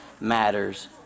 matters